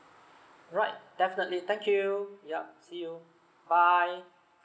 alright definitely thank you yup see you bye